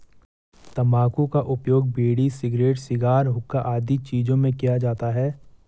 तंबाकू का उपयोग बीड़ी, सिगरेट, शिगार, हुक्का आदि चीजों में किया जाता है